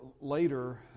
later